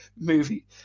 movie